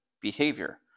behavior